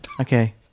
Okay